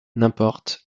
n’importe